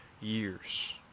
years